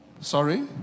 Sorry